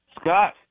Scott